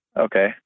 okay